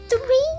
three